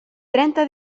trenta